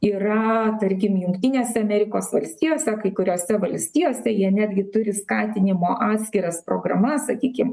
yra tarkim jungtinės amerikos valstijose kai kuriose valstijose jie netgi turi skatinimo atskiras programas sakykim